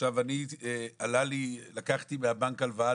ועכשיו לקחתי מהבנק הלוואה,